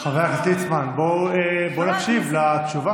שבעים פנים, אבל אף אחד לא אומר לחלל את השבת,